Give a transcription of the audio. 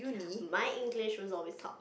my English was always top